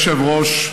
אדוני היושב-ראש,